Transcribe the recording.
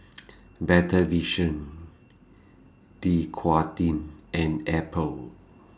Better Vision Dequadin and Apple